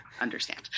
understand